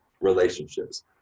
relationships